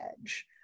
edge